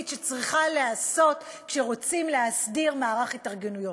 שצריכה להיעשות כשרוצים להסדיר מערך התארגנויות.